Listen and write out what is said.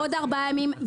בעוד ארבעה ימים,